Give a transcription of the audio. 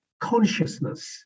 consciousness